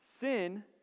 Sin